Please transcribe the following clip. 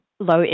low